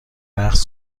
رقص